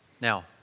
Now